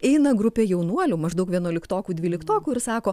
eina grupė jaunuolių maždaug vienuoliktokų dvyliktokų ir sako